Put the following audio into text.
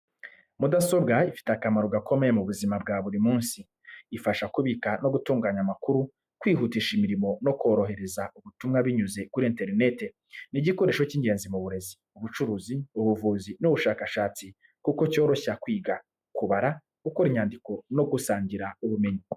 Mudasobwa ifite akamaro gakomeye mu buzima bwa buri munsi. Ifasha kubika no gutunganya amakuru, kwihutisha imirimo no korohereza ubutumwa binyuze kuri interineti. Ni igikoresho cy’ingenzi mu burezi, ubucuruzi, ubuvuzi n’ubushakashatsi kuko cyoroshya kwiga, kubara, gukora inyandiko no gusangira ubumenyi.